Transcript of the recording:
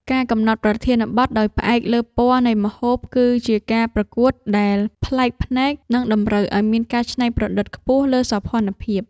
ការកំណត់ប្រធានបទដោយផ្អែកលើ ពណ៌នៃម្ហូប គឺជាការប្រកួតដែលប្លែកភ្នែក និងតម្រូវឱ្យមានការច្នៃប្រឌិតខ្ពស់លើសោភ័ណភាព។